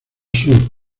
sur